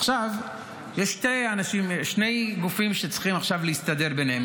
יש שני גופים שצריכים עכשיו להסתדר ביניהם,